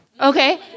Okay